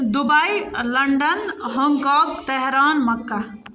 Dubai London Hong کاگ Tehran مَکّہ